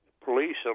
police